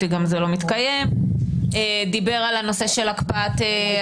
כי גם זה לא מתקיים; דיבר על הנושא של הקפאת המשכנתה,